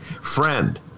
Friend